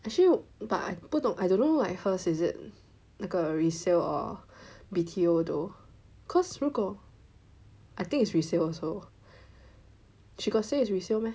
actually but 不懂 I don't know like hers is it 那个 resale or B_T_O though cause 如果 I think it's resale also she got say is resale meh